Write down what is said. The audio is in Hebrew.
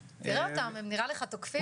תראה אותם, הם נראה לך תוקפים.